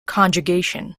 conjugation